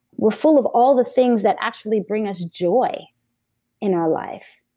we're full of all the things that actually bring us joy in our life,